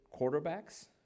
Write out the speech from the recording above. quarterbacks